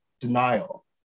denial